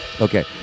Okay